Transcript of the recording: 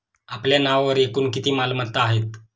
आपल्या नावावर एकूण किती मालमत्ता आहेत?